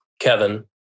Kevin